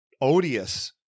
odious